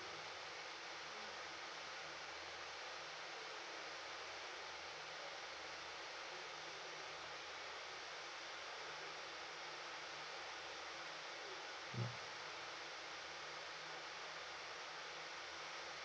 mm